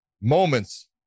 moments